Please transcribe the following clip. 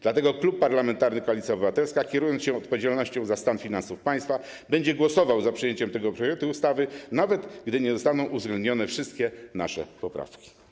Dlatego Klub Parlamentarny Koalicja Obywatelska, kierując się odpowiedzialnością za stan finansów państwa, będzie głosował za przyjęciem tego projektu ustawy, nawet gdy nie zostaną uwzględnione wszystkie nasze poprawki.